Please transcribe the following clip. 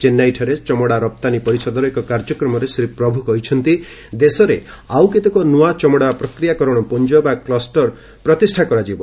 ଚେନ୍ନାଇଠାରେ ଚମଡ଼ା ରପ୍ତାନୀ ପରିଷଦର ଏକ କାର୍ଯ୍ୟକ୍ରମରେ ଶ୍ରୀ ପ୍ରଭୁ କହିଛନ୍ତି ଦେଶରେ ଆଉ କେତେକ ନୂଆ ଚମଡ଼ା ପ୍ରକ୍ରିୟାକରଣ ପୁଞ୍ଜ ପ୍ରତିଷ୍ଠା କରାଯିବ